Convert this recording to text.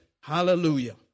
Hallelujah